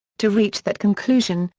to reach that conclusion,